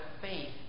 faith